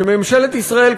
שממשלת ישראל,